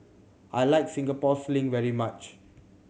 I like Singapore Sling very much